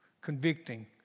convicting